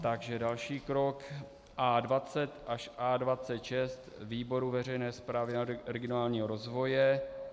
Takže další krok A20 až A26 výboru veřejné správy a regionálního rozvoje.